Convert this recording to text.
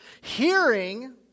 Hearing